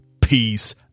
peace